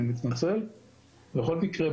בכל מקרה,